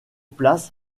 place